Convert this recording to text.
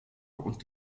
und